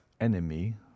enemy